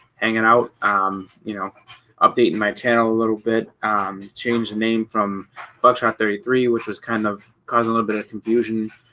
hanging out um you know updating my channel a little bit change the name from buckshot thirty three which was kind of caused a little bit of confusion